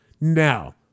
Now